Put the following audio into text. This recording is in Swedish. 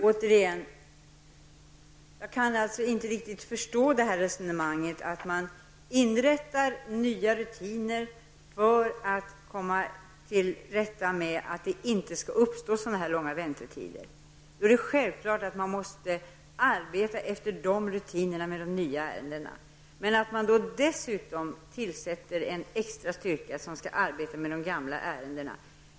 Herr talman! Återigen: Man inför nya rutiner för att det i fortsättningen inte skall uppstå så här långa väntetider. Då är det självklart att man måste arbeta efter de rutinerna när det gäller de nya ärendena. Men dessutom har man alltså tillsatt en extra styrka som skall arbeta med de gamla ärendena.